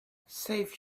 save